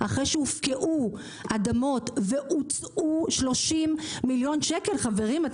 אחרי שהופקעו אדמות והוצאו 30 מיליון שקל -- 30 מיליון שקלים אנחנו